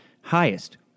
Highest